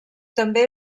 també